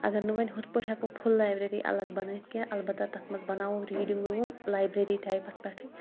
اگر نہٕ وۄنۍ ہُتھ پٲٹھۍ ہٮ۪کو پھُل لایبرٔری الگ بَنٲیِتھ کینٛہہ البتہ تَتھ منٛز بَناوَو ریٖڈِنٛگ روٗم لایبرٔری ٹایپَس پٮ۪ٹھٕے